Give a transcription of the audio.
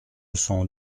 cent